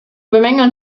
bemängeln